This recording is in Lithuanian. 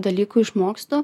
dalykų išmokstu